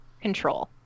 Control